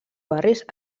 barris